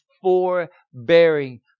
forbearing